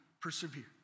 persevere